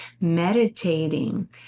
meditating